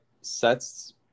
sets